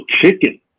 chicken